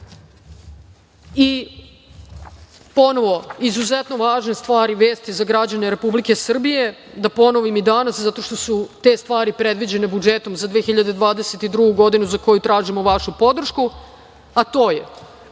i ponovo, izuzetno važne vesti za građane Republike Srbije, da ponovim i danas zato što su te stvari predviđene budžetom za 2022. godinu, za koji tražimo vašu podršku, a to je,